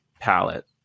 palette